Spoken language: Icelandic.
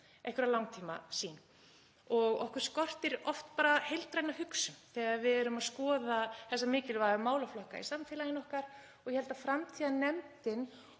einhverja langtímasýn og okkur skortir oft bara heildræna hugsun þegar við erum að skoða þessa mikilvægu málaflokka í samfélaginu okkar. Ég held að framtíðarnefndin